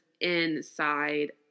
inside